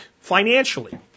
financially